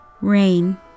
Rain